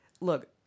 look